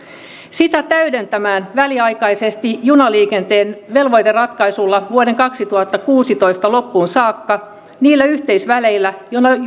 sitä täydennetään väliaikaisesti junaliikenteen velvoiteratkaisuilla vuoden kaksituhattakuusitoista loppuun saakka niillä yhteysväleillä